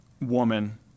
woman